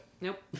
Nope